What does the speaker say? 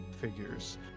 figures